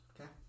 Okay